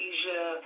Asia